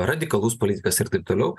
radikalus politikas ir taip toliau